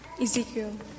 Ezekiel